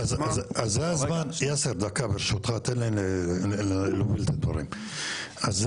יותר טוב מאשר האדם של כסרא סמיע, או שבגלל זה